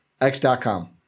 X.com